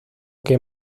que